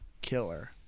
killer